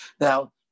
Now